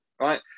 right